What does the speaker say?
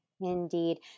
Indeed